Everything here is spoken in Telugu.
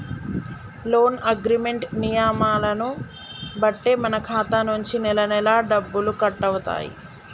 లోన్ అగ్రిమెంట్ నియమాలను బట్టే మన ఖాతా నుంచి నెలనెలా డబ్బులు కట్టవుతాయి